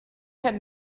had